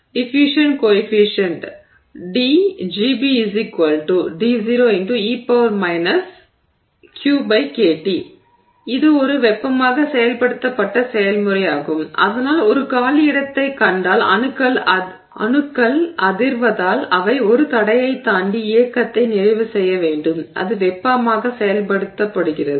diffusion coefficient DGB எனவே இது ஒரு வெப்பமாக செயல்படுத்தப்பட்ட செயல்முறையாகும் அதனால் ஒரு காலியிடத்தைக் கண்டால் அணுக்கள் அதிர்வுறுவதால் அவை ஒரு தடையைத் தாண்டி இயக்கத்தை நிறைவு செய்ய வேண்டும் அது வெப்பமாக செயல்படுத்தப்படுகிறது